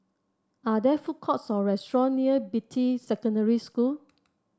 are there food courts or restaurants near Beatty Secondary School